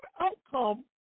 outcome